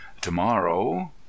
Tomorrow